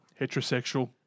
heterosexual